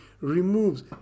removes